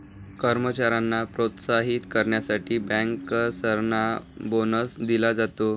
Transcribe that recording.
कर्मचाऱ्यांना प्रोत्साहित करण्यासाठी बँकर्सना बोनस दिला जातो